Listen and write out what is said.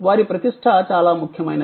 వారి ప్రతిష్ట చాలా ముఖ్యమైనది